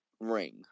ring